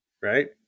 right